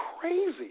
crazy